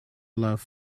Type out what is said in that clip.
love